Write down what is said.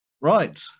Right